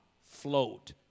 float